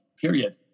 period